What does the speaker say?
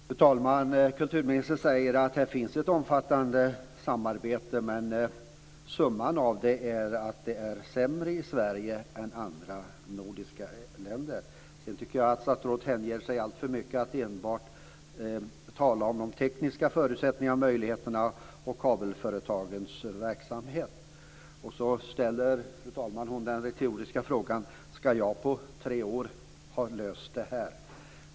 Fru talman! Kulturministern säger att här finns ett omfattande samarbete, men summan är att det är sämre i Sverige än i andra nordiska länder. Jag tycker att statsrådet hänger sig alltför mycket åt att enbart tala om de tekniska förutsättningarna och möjligheterna och kabelföretagens verksamhet. Sedan ställer hon den retoriska frågan om hon på tre år ska ha löst detta.